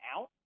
out